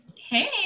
Hey